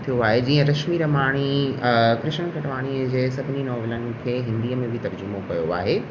थियो आहे जीअं रशमी रमाणी कृष्ण खटवाणीअ जे सभिनी नॉवेलनि खे हिंदीअ में बि तर्जुमो कयो आहे